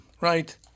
right